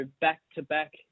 back-to-back